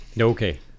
okay